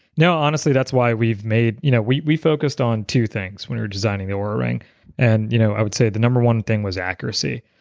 no, honestly, that's why we've made. you know we we focused on two things when we were designing the oura, and you know i would say the number one thing was accuracy.